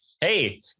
Hey